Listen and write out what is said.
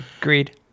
Agreed